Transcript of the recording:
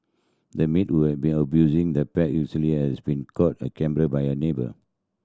the maid who have been abusing the pet has been caught a camera by a neighbour